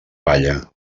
palla